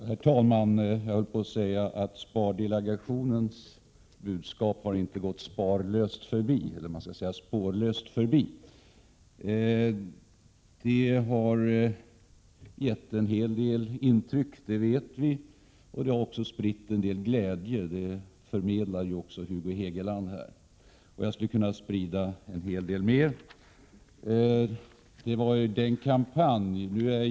Herr talman! Jag höll på att säga att spardelegationens budskap inte har gått sparlöst förbi, men jag menar naturligtvis spårlöst förbi. Vi vet att spardelegationens budskap har gjort intryck på människor och spritt viss glädje. Det förmedlade också Hugo Hegeland här. Jag kan ge en del ytterligare information.